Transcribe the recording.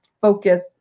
focus